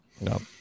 No